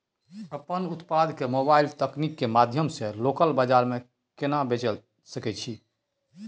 अपन उत्पाद के मोबाइल तकनीक के माध्यम से लोकल बाजार में केना बेच सकै छी?